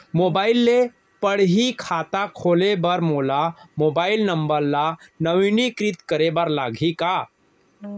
Mobile से पड़ही खाता खोले बर मोला मोबाइल नंबर ल नवीनीकृत करे बर लागही का?